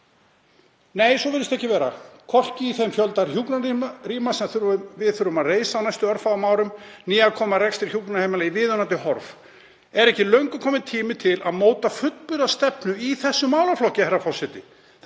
Nei, svo virðist ekki vera, hvorki í þeim fjölda hjúkrunarrýma sem við þurfum að reisa á næstu örfáum árum né til að koma rekstri hjúkrunarheimila í viðunandi horf. Er ekki löngu kominn tími til að móta fullburða stefnu í þessum málaflokki, herra forseti?